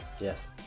Yes